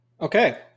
okay